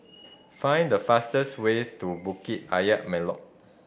find the fastest ways to Bukit Ayer Molek